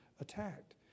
attacked